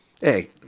Hey